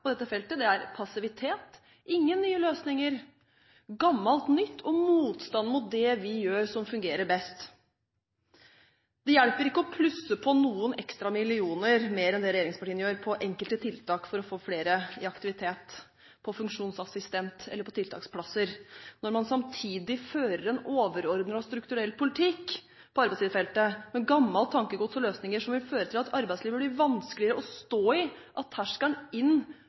på dette feltet, er passivitet – ingen nye løsninger, gammelt nytt og motstand mot det vi gjør, som fungerer best. Det hjelper ikke å plusse på noen ekstra millioner mer enn det regjeringspartiene gjør på enkelte tiltak for å få flere i aktivitet – på funksjonsassistenter eller på tiltaksplasser – når man samtidig fører en overordnet strukturell politikk på arbeidslivsfeltet med gammelt tankegods og løsninger som vil føre til at arbeidslivet blir vanskeligere å stå i, at terskelen inn